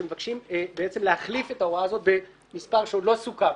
שמבקשים להחליף את ההוראה הזאת במספר שעוד לא סוכם,